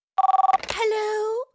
Hello